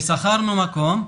ושכרנו מקום,